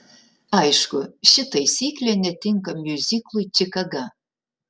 aišku ši taisyklė netinka miuziklui čikaga